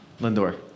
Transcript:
Lindor